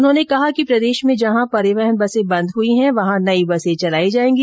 उन्होंने कहा कि प्रदेश में जहां परिवहन बसे बंद हुई है वहां नई बसे चलाई जायेगी